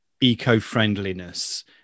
eco-friendliness